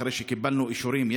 אחרי שקיבלנו אישורים,